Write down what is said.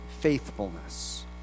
faithfulness